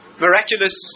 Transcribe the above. miraculous